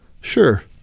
sure